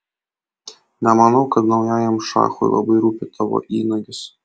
nemanau kad naujajam šachui labai rūpi tavo įnagis